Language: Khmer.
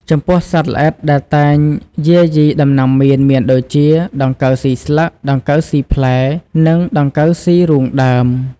ចំពោះសត្វល្អិតដែលតែងយាយីដំណាំមៀនមានដូចជា ដង្កូវស៊ីស្លឹក ដង្កូវស៊ីផ្លែ និង ដង្កូវស៊ីរូងដើម។